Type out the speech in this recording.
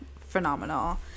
phenomenal